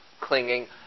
clinging